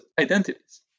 identities